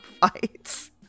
fights